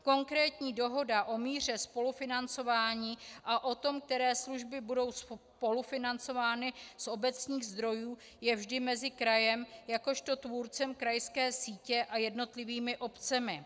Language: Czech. Konkrétní dohoda o míře spolufinancování a o tom, které služby budou spolufinancovány z obecních zdrojů, je vždy mezi krajem jakožto tvůrcem krajské sítě a jednotlivými obcemi.